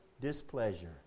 displeasure